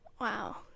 Wow